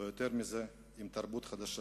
ויותר מזה עם תרבות חדשה,